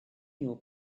your